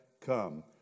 come